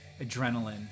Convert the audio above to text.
adrenaline